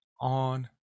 on